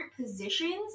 positions